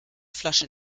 flasche